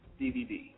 DVD